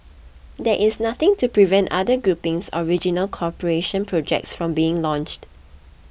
there is nothing to prevent other groupings or regional cooperation projects from being launched